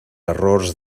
errors